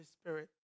Spirit